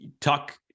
talk